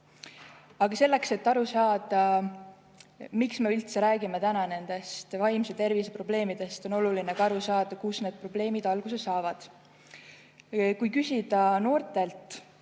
Selleks, et aru saada, miks me üldse räägime täna vaimse tervise probleemidest, on oluline aru saada, kust need probleemid alguse saavad. Kui küsida noortelt,